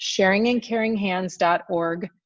sharingandcaringhands.org